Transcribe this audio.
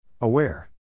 Aware